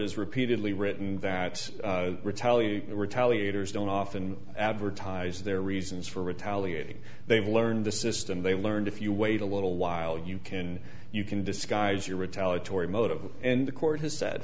has repeatedly written that retaliate to retaliate hers don't often advertise their reasons for retaliating they've learned the system they learned if you wait a little while you can you can disguise your italian tory motive and the court has said